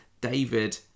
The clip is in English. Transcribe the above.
David